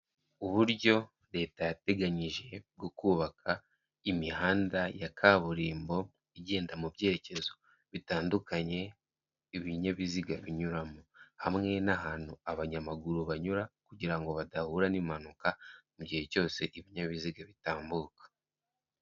Uburyo leta yateganyije bwo kubaka imihanda ya kaburimbo igenda mu byerekezo bitandukanye ibinyabiziga binyuramo. Hamwe n'ahantu abanyamaguru banyura kugira ngo badahura n'impanuka mu gihe cyose ibinyabiziga bitambuka.